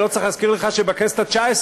אני לא צריך להזכיר לך שבכנסת התשע-עשרה,